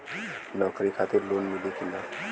नौकरी खातिर लोन मिली की ना?